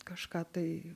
kažką tai